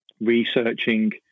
researching